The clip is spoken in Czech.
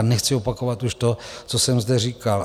Nechci opakovat už to, co jsem zde říkal.